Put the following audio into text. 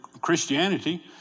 Christianity